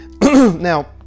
Now